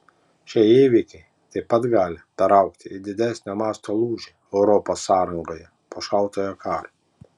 šie įvykiai taip pat gali peraugti į didesnio masto lūžį europos sąrangoje po šaltojo karo